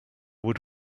would